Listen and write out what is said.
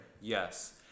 Yes